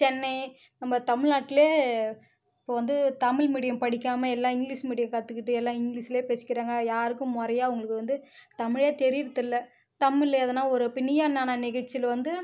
சென்னை நம்ம தமிழ்நாட்லேயே இப்போ வந்து தமிழ் மீடியம் படிக்காமல் எல்லாம் இங்கிலீஸ் மீடியம் கற்றுக்குட்டு எல்லாம் இங்கிலீஸ்லேயே பேசிக்கிறாங்க யாருக்கும் முறையா அவங்குளுக்கு வந்து தமிழே தெரிகிறது இல்லை தமிழில் எதனால் ஒரு இப்போ நீயா நானா நிகழ்ச்சியில் வந்து